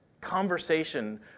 conversation